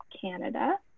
Canada